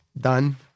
done